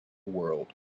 world